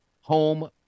home